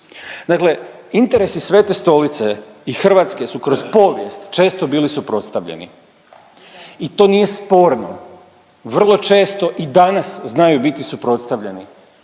Dakle interesi Svete stolice i Hrvatske su kroz povijest često bili suprotstavljeni i to nije sporno. Vrlo često i danas znaju biti suprotstavljeni